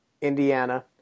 indiana